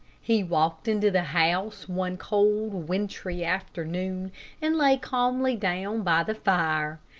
he walked into the house one cold, wintry afternoon and lay calmly down by the fire.